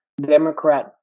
Democrat